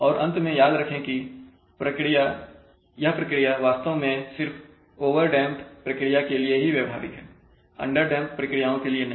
और अंत में याद रखें कि यह प्रक्रिया वास्तव में सिर्फ ओवरडैंप्ड प्रक्रिया के लिए व्यवहारिक है अंडरडैंप्ड प्रक्रियाओं के लिए नहीं